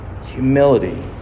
Humility